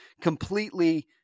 completely